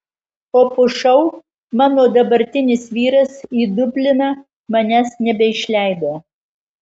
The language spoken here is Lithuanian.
o po šou mano dabartinis vyras į dubliną manęs nebeišleido